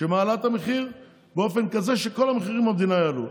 שמעלה את המחיר באופן כזה שכל המחירים במדינה יעלו.